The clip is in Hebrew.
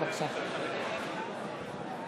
מצביעה מתן כהנא,